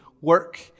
work